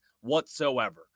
whatsoever